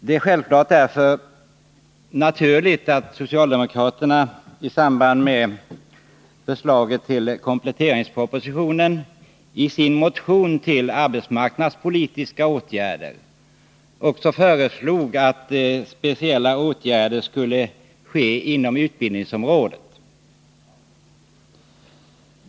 Därför är det naturligt att socialdemokraterna i samband med kompletteringspropositionen i sin motion om arbetsmarknadspolitiska åtgärder föreslagit att speciella åtgärder skulle vidtas inom utbildningsområdet.